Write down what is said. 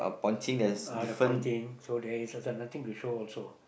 uh the pointing so there is like nothing to show also